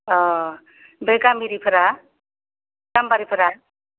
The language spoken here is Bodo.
अह बे गाम्बारिफोरा गाम्बारिफोरा